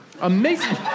Amazing